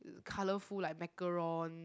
colourful like macaroon